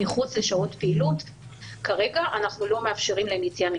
מחוץ לשעות הפעילות כרגע אנחנו לא מאפשרים להם יציאה מבידוד,